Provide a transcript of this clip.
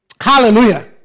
Hallelujah